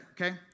okay